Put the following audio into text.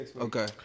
Okay